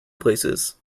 places